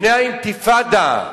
לפני האינתיפאדה,